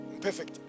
Perfect